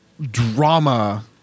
drama